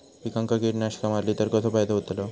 पिकांक कीटकनाशका मारली तर कसो फायदो होतलो?